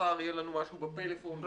ומחר יהיה לנו משהו בפלאפון השתנה.